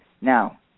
Now